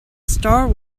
star